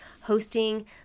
hosting